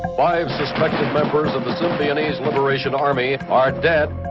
five suspected members of the symbionese liberation army are dead.